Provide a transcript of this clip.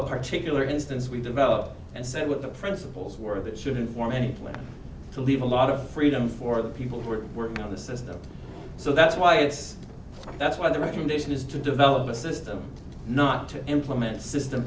a particular instance we developed and said with the principles work of it shouldn't form any plan to leave a lot of freedom for the people who are working on the system so that's why it's that's why the recommendation is to develop a system not to implement a system